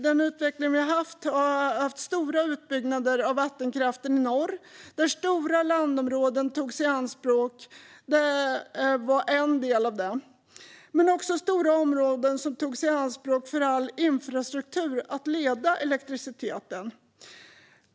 De stora utbyggnaderna av vattenkraften i norr, där stora landområden togs i anspråk, är en del i detta, men också de stora områden som togs i anspråk för all infrastruktur för att leda elektriciteten.